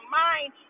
mind